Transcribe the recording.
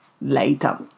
later